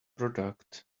product